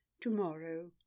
tomorrow